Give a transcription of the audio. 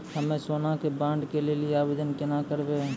हम्मे सोना के बॉन्ड के लेली आवेदन केना करबै?